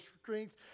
strength